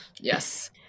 Yes